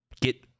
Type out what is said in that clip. get